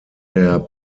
der